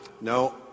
no